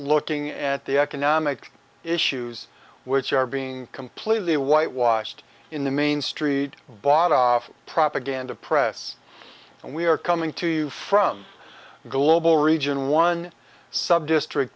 looking at the economic issues which are being completely whitewashed in the main street bought off propaganda press and we are coming to you from global region one subdistrict